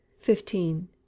fifteen